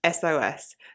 SOS